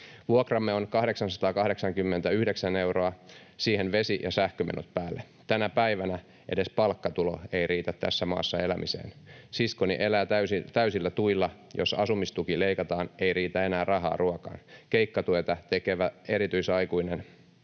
Vuokramme on 889 euroa, siihen vesi ja sähkömenot päälle. Tänä päivänä edes palkkatulo ei riitä tässä maassa elämiseen. Siskoni elää täysillä tuilla. Jos asumistuki leikataan, ei riitä enää rahaa ruokaan. Keikkatyötä tekevä erityisaikuinen.